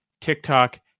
TikTok